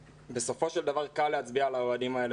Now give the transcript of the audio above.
בסופו של דבר קל להצביע על האוהדים האלה